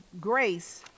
grace